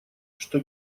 что